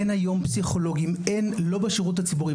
אין היום פסיכולוגים בשירות הציבורי.